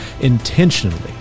intentionally